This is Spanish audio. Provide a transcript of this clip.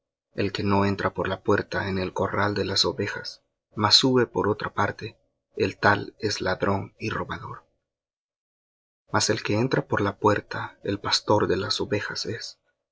el que no entra por la puerta en el corral de las ovejas mas sube por otra parte el tal es ladrón y robador mas el que entra por la puerta el pastor de las ovejas es